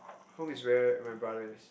home is where my brother is